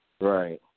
Right